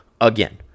Again